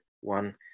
One